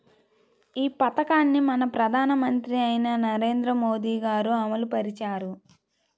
ఈ పథకాన్ని మన ప్రధానమంత్రి అయిన నరేంద్ర మోదీ గారు అమలు పరిచారు